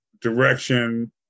direction